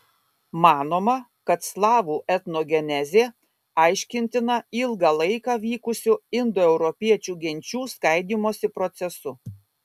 manoma kad slavų etnogenezė aiškintina ilgą laiką vykusiu indoeuropiečių genčių skaidymosi procesu